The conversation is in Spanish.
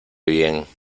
bien